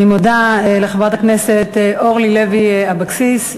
אני מודה לחברת הכנסת אורלי לוי אבקסיס.